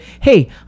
hey